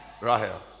Rahel